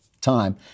time